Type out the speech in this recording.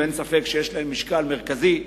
ואין ספק שיש להם משקל מרכזי.